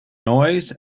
noise